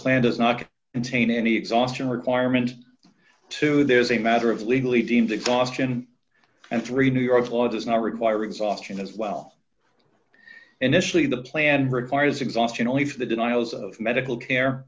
and taint any exhaustion requirement two there is a matter of legally deemed exhaustion and three new york law does not require exhaustion as well initially the plan requires exhaustion only for the denials of medical care